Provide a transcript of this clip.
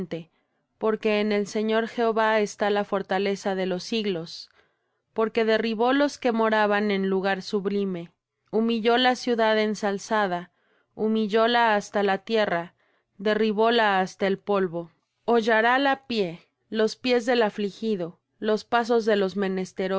porque en el señor jehová está la fortaleza de los siglos porque derribó los que moraban en lugar sublime humilló la ciudad ensalzada humillóla hasta la tierra derribóla hasta el polvo hollarála pie los pies del afligido los pasos de los